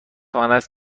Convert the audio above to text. آنست